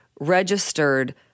registered